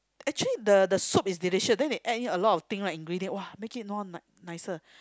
actually the the soup is delicious then they add in a lot of thing right ingredient !wah! make it more nicer